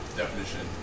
definition